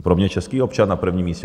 Pro mě je český občan na prvním místě.